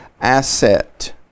asset